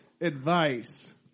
advice